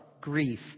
grief